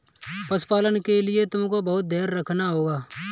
पशुपालन के लिए तुमको बहुत धैर्य रखना होगा